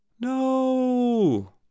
No